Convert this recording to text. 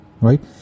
Right